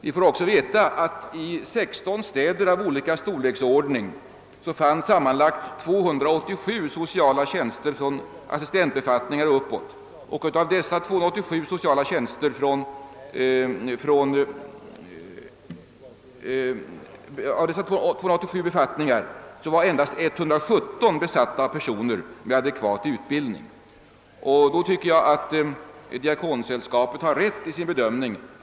Vi får också genom samarbetsnämndens yttrande veta att i 16 städer av olika storleksordning fanns sammanlagt 287 sociala tjänster från assistentbefattningar och uppåt och att av dessa 287 sociala tjänster endast 117 är besatta av personer med adekvat utbildning. Då tycker jag att Diakonsällskapet har rätt i sin bedömning.